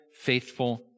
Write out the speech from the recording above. faithful